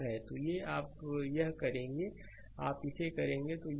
slide समय देखें 2306 तो ये आप यह करेंगे आप इसे करेंगे तो यह